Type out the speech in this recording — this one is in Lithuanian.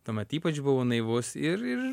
tuomet ypač buvau naivus ir ir